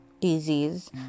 disease